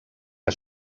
que